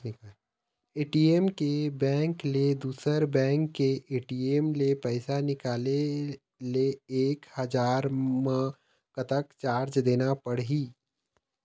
ATM के bank ले दुसर बैंक के ए.टी.एम ले पैसा निकाले ले एक हजार मा कतक चार्ज देना पड़ही?